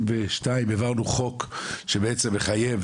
העברנו חוק שבעצם מחייב